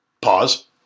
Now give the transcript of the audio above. Pause